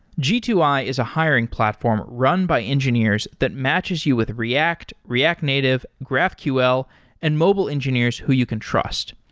g two i is a hiring platform run by engineers that matches you with react, react native, graphql and mobile engineers who you can trust.